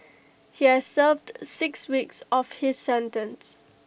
he has served six weeks of his sentence